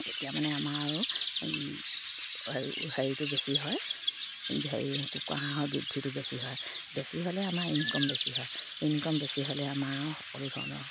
তেতিয়া মানে আমাৰ আৰু হেয়ি হেৰিটো বেছি হয় হেৰি কুকুৰা হাঁহৰ বৃদ্ধিটো বেছি হয় বেছি হ'লে আমাৰ ইনকাম বেছি হয় ইনকাম বেছি হ'লে আমাৰ সকলো ধৰণৰ